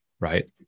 right